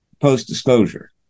post-disclosure